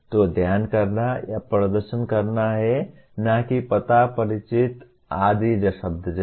तो ध्यान करना या प्रदर्शन करना है नाकि पता परिचित आदि शब्द जैसे